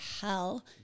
hell